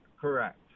correct